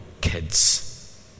kids